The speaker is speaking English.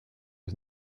was